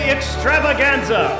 Extravaganza